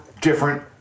different